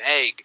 egg